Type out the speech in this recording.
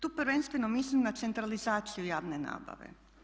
Tu prvenstveno mislim na centralizaciju javne nabave.